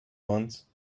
wants